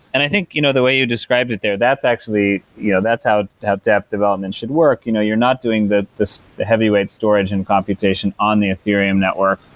and i think you know the way you described it there, that's actually you know that's how how dapp development should work. you know you're not doing the heavyweight storage and computation on the ethereum network.